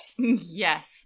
Yes